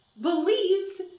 believed